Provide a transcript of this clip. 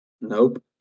Nope